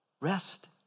rest